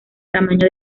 tamaño